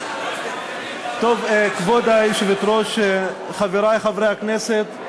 כבוד היושבת-ראש, חברי חברי הכנסת,